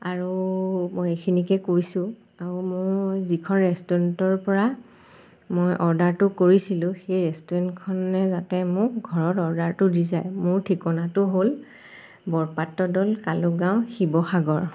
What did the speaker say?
আৰু মই এইখিনিকে কৈছোঁ আৰু মই যিখন ৰেষ্টুৰেণ্টৰপৰা মই অৰ্ডাৰটো কৰিছিলোঁ সেই ৰেষ্টুৰেণ্টখনে যাতে মোক ঘৰত অৰ্ডাৰটো দি যায় মোৰ ঠিকনাটো হ'ল বৰপাত্ৰ দৌল কালুক গাঁও শিৱসাগৰ